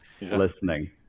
listening